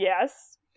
yes